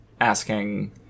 asking